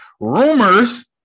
Rumors